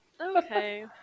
Okay